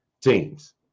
teams